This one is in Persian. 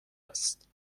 است